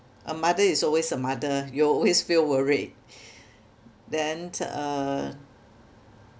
a mother is always a mother you will always feel worried then uh